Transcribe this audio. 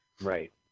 Right